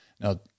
Now